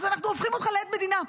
אז אנחנו הופכים אותך לעד מדינה.